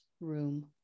room